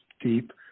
deep